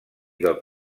del